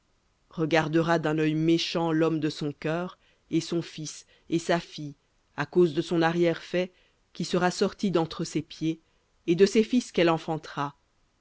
regardera d'un œil méchant l'homme de son cœur et son fils et sa fille à cause de son arrière faix qui sera sorti d'entre ses pieds et de ses fils qu'elle enfantera